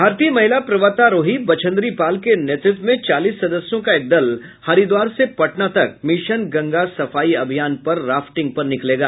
भारतीय महिला पर्वतारोही बछेंद्री पाल के नेतृत्व में चालीस सदस्यों का एक दल हरिद्वार से पटना तक मिशन गंगे सफाई अभियान पर राफ्टिंग पर निकलेगा